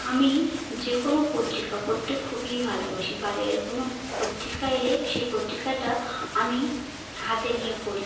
আমি যে কোনো পত্রিকা পড়তে খুবই ভালোবাসি বাজারে কোনো পত্রিকা এলে সেই পত্রিকাটা আমি হাতে নিয়ে পড়ি